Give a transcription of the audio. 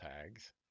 tags